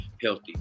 healthy